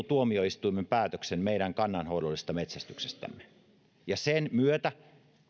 tuomioistuimen päätöksen meidän kannanhoidollisesta metsästyksestämme sen myötä